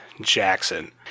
Jackson